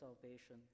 salvation